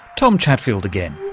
tom chatfield again,